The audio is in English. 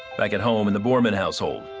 back at home in the borman household,